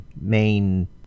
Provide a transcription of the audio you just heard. main